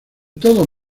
todos